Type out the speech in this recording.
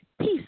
peace